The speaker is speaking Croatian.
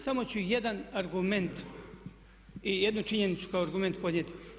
Samo ću jedan argument i jednu činjenicu kao argument podnijeti.